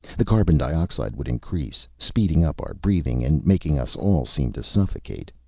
the carbon dioxide would increase, speeding up our breathing, and making us all seem to suffocate.